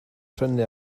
prynu